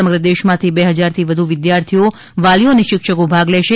સમ્રગ દેશમાંથી બે હજારથી વધુ વિદ્યાર્થીઓ વાલીઓ અને શિક્ષકો ભાગ લેશે